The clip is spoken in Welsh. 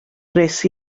gwnes